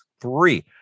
three